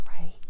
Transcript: right